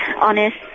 honest